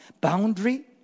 boundary